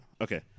Okay